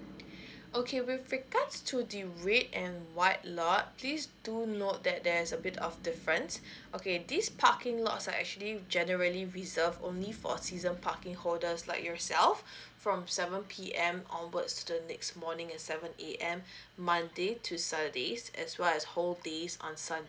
okay with regards to the red and white lot please do note that there's a bit of difference okay this parking lots are actually generally reserve only for season parking holders like yourself from seven P_M onwards to the next morning at seven A_M monday to saturdays as well as whole day on sundays